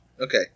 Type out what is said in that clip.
Okay